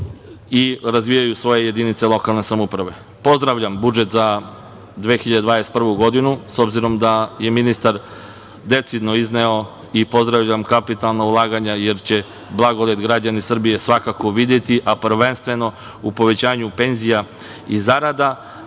i razvijaju svoje jedinice lokalne samouprave. Pozdravljam budžet za 2021. godinu, s obzirom da je ministar decidno izneo, i pozdravljam kapitalna ulaganja, jer će blagodet građani Srbije svakako, videti, a prvenstveno u povećanju penzija i zarada